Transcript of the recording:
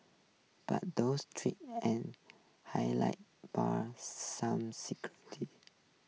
but those treat and high line bar some secretive